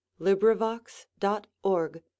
LibriVox.org